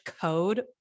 code